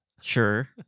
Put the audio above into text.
sure